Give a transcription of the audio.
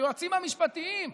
היועצים המשפטיים,